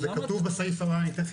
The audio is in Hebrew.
הנוסח המתוקן הונח בפני חברי הכנסת,